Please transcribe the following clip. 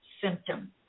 symptom